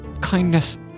kindness